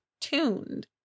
tuned